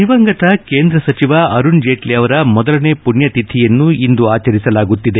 ದಿವಂಗತ ಕೇಂದ್ರ ಸಚಿವ ಅರುಣ್ ಜೇಟ್ಲಿ ಅವರ ಮೊದಲನೇ ಪುಣ್ಯತಿಥಿಯನ್ನು ಇಂದು ಆಚರಿಸಲಾಗುತ್ತಿದೆ